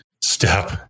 step